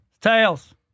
Tails